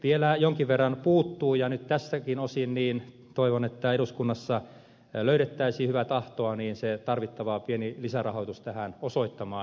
vielä jonkin verran puuttuu ja nyt tältäkin osin toivon että eduskunnassa löydettäisiin hyvää tahtoa se tarvittava pieni lisärahoitus tähän osoittamaan